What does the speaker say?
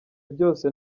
byose